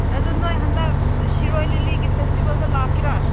ꯑꯗꯨ ꯅꯣꯏ ꯍꯟꯗꯛ ꯁꯤꯔꯣꯏ ꯂꯤꯂꯤꯒꯤ ꯐꯦꯁꯇꯤꯕꯦꯜꯗ ꯂꯥꯛꯀꯦꯔ